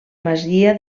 masia